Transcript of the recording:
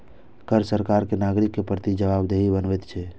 कर सरकार कें नागरिक के प्रति जवाबदेह बनबैत छै